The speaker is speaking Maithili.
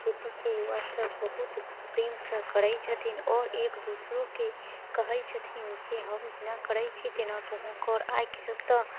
खेतीके युवा सभ बहुत प्रेमसँ करैत छथिन आओर एक दोसरोके कहैत छथिन जे हम जेना करैत छी तेना तूहो कर आइ कल्हि तऽ